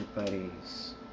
everybody's